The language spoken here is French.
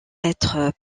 être